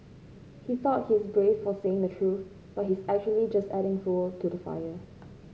he thought he's brave for saying the truth but he's actually just adding fuel to the fire